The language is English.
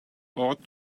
ought